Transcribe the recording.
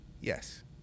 Yes